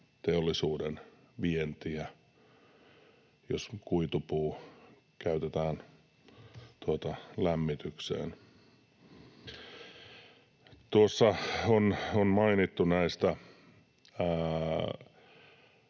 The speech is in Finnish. teollisuuden vientiä, jos kuitupuuta käytetään lämmitykseen. Tuossa on mainittu tästä